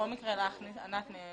יהיה